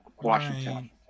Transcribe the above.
Washington